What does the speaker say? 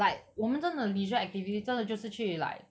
like 我们真的 leisure activity 真的就是去 like